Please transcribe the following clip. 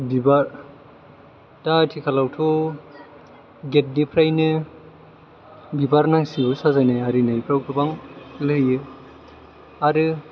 बिबार दा आथिखालावथ' गेटनिफ्रायनो बिबार नांसिगौ साजायनाय आरिनायफ्राव गोबां लायो आरो